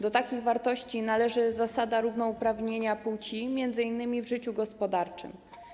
Do takich wartości należy zasada równouprawnienia płci m.in. w życiu gospodarczym.